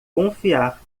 confiar